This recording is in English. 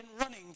running